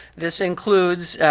this includes